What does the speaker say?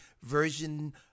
version